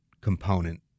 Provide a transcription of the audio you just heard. component